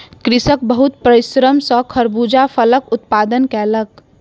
कृषक बहुत परिश्रम सॅ खरबूजा फलक उत्पादन कयलक